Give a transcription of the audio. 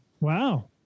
Wow